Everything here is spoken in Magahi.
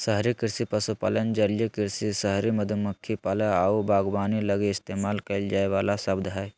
शहरी कृषि पशुपालन, जलीय कृषि, शहरी मधुमक्खी पालन आऊ बागवानी लगी इस्तेमाल कईल जाइ वाला शब्द हइ